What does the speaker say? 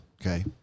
Okay